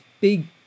big